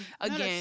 again